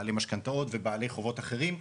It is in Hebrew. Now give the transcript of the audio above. בעלי משכנתאות ובעלי חובות אחרים.